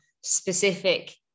specific